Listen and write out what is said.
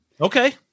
Okay